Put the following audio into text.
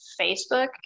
Facebook